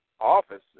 office